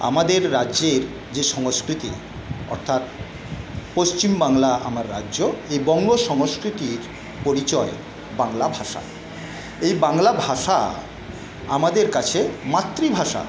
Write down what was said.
আমাদের রাজ্যের যে সংস্কৃতি অর্থাৎ পশ্চিমবাংলা আমার রাজ্য এই বঙ্গ সংস্কৃতির পরিচয় বাংলা ভাষা এই বাংলা ভাষা আমাদের কাছে মাতৃভাষা